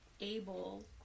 able